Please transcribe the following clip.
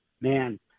man